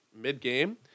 mid-game